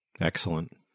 Excellent